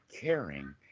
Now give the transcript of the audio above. caring